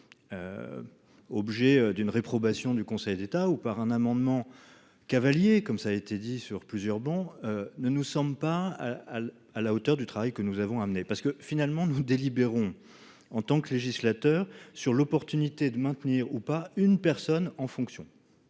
Objet d'une réprobation du Conseil d'État ou par un amendement cavalier comme ça a été dit sur plusieurs bon ne nous sommes pas à la, à la hauteur du travail que nous avons amené parce que finalement nous délibérons en tant que législateur sur l'opportunité de maintenir ou pas une personne en fonction.